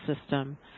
system